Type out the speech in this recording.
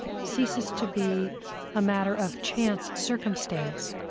ceases to be a matter of chance circumstance,